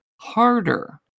harder